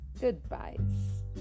goodbyes